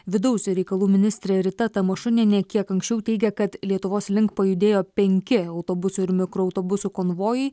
vidaus reikalų ministrė rita tamašunienė kiek anksčiau teigė kad lietuvos link pajudėjo penki autobusų ir mikroautobusų konvojai